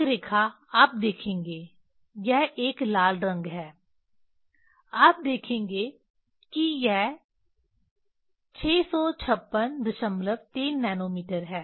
एक रेखा आप देखेंगे यह एक लाल रंग है आप देखेंगे कि यह 6563 नैनोमीटर है